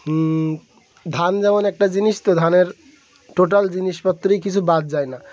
ধান যেমন একটা জিনিস তো ধানের টোটাল জিনিসপত্রই কিছু বাদ যায় না